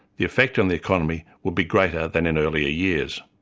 the effect on the economy would be greater than in earlier years.